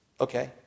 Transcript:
Okay